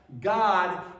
God